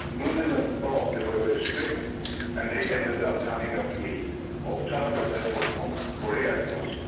ah zealand thought they were very strict and they ended up having a fleet of charter vessels, from korea it was,